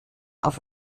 auf